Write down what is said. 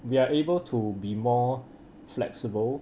we are able to be more flexible